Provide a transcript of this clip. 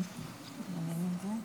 אני מזמין את שרת ההתיישבות